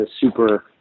super